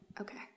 Okay